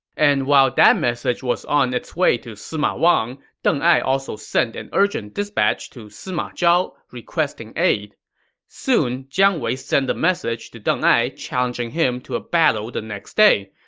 and while that message was on its way to sima wang, deng ai also sent an urgent dispatch to sima zhao, requesting aid soon, jiang wei sent a message to deng ai challenging him to a battle the next day.